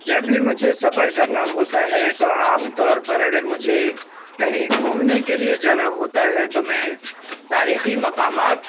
جب بھی مجھے سفر کرنا ہوتا ہے تو عام طور پر اگر مجھے کہیں گھومنے کے لیے جانا ہوتا ہے تو میں تاریخی مقامات